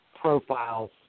profiles